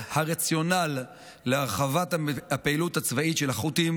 הרציונל להרחבת הפעילות הצבאית של החות'ים